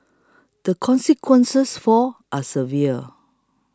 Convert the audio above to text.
the consequences for are severe